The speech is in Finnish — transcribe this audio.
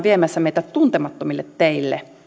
viemässä meitä tuntemattomille teille